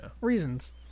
Reasons